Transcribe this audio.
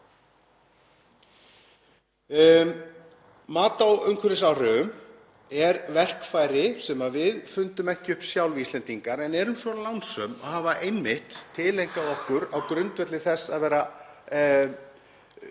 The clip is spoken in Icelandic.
Mat á umhverfisáhrifum er verkfæri sem við fundum ekki upp sjálf, Íslendingar, en erum svo lánsöm að hafa einmitt tileinkað okkur á grundvelli þess að vera